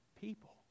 people